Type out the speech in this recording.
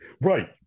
right